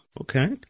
Okay